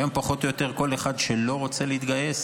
היום פחות או יותר כל אחד שלא רוצה להתגייס,